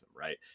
right